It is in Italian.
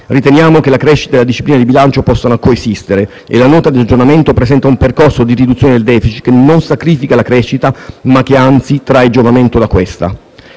Riteniamo che la crescita e la disciplina di bilancio possano coesistere e la Nota di aggiornamento presenta un percorso di riduzione del *deficit* che non sacrifica la crescita ma che, anzi, trae giovamento da questa.